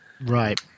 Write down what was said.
Right